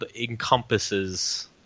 encompasses